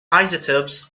isotopes